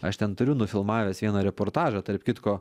aš ten turiu nufilmavęs vieną reportažą tarp kitko